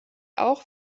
auch